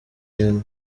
indwi